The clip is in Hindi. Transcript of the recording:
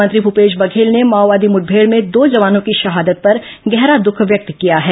मुख्यमंत्री भूपेश बघेल ने माओवादी मुठभेड़ में दो जवानों की शहादत पर गहरा द्वख व्यक्त किया है